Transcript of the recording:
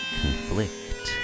conflict